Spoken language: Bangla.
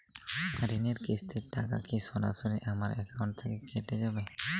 ঋণের কিস্তির টাকা কি সরাসরি আমার অ্যাকাউন্ট থেকে কেটে যাবে?